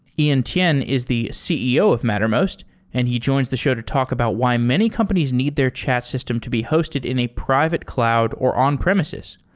ian tien is the ceo of mattermost and he joins the show to talk about why many companies need their chat system to be hosted in a private cloud or on-premises.